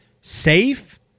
safe